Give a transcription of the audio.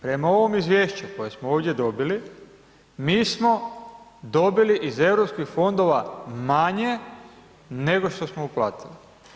Prema ovom izvješću koje smo ovdje dobili, mi smo dobili iz Europskih fondova manje, nego što smo uplatili.